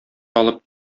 алып